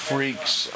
Freaks